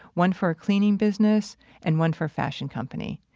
one for a cleaning business and one for fashion company.